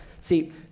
See